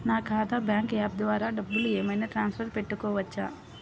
నా ఖాతా bank app ద్వారా డబ్బులు ఏమైనా ట్రాన్స్ఫర్ పెట్టుకోవచ్చా?